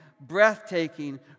breathtaking